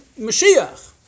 Mashiach